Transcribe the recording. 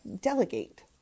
delegate